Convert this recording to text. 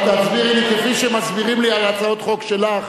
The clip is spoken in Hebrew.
את תסבירי לי כפי שמסבירים לי על הצעות חוק שלך.